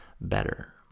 better